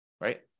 right